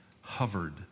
hovered